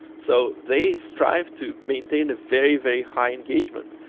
so they strive to maintain the very very high engagement,